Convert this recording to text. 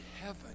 heaven